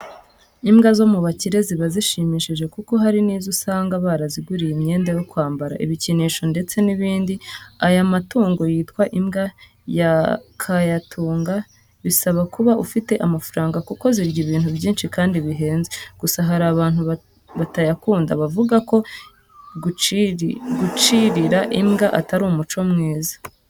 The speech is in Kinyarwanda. Imbwa zo mu bakire ziba zishimishije kuko hari n'izo usanga baraziguriye imyenda yo kwambara, ibikinisho ndetse n'ibindi. Aya matungo yitwa imbwa kayatunga bisaba kuba ufite amafaranga kuko zirya ibintu byinshi kandi bihenze. Gusa hari abantu batayakunda bavuga ko gucirira imbwa atari umuco mwiza.